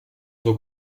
suo